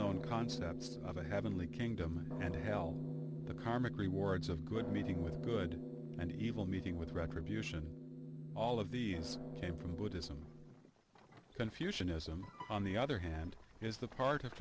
known concepts of a heavenly kingdom and to hell with the karmic rewards of good meeting with good and evil meeting with retribution all of these came from buddhism confucianism on the other hand is the part of